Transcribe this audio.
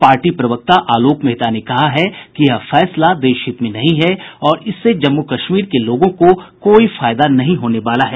party प्रवक्ता आलोक मेहता ने कहा है कि यह फैसला देशहित में नहीं है और इससे जम्मू कश्मीर के लोगों को कोई फायदा नहीं होने वाला है